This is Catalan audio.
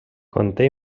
conté